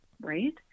right